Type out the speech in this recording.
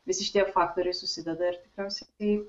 visi šitie faktoriai susideda ir tikriausiai